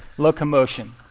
locomotion.